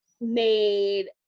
made